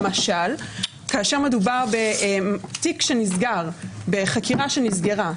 למשל, כאשר מדובר בתיק שנסגר, בחקירה שנסגרה,